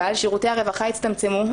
אבל שירותי הרווחה הצטמצמו,